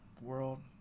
world